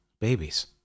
babies